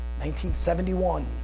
1971